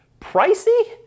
Pricey